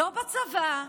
לא בצבא,